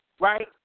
right